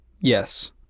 Yes